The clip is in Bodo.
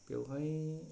बेयावहाय